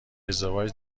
ازدواج